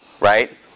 right